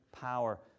power